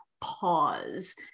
pause